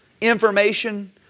information